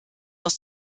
aus